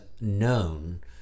known